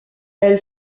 elle